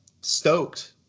stoked